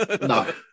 no